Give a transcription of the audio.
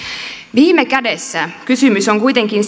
viime kädessä kysymys on kuitenkin